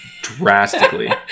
drastically